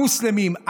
המוסלמים,